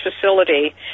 facility